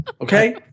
Okay